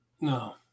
No